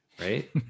right